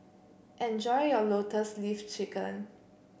enjoy your Lotus Leaf Chicken